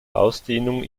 ausdehnung